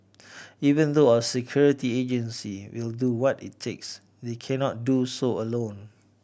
even though our security agencies will do what it takes they cannot do so alone